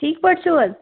ٹھیٖک پٲٹھۍ چھِو حظ